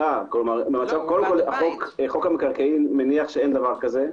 חוק המקרקעין מניח שאין דבר כזה,